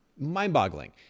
mind-boggling